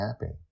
happy